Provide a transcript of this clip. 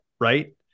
right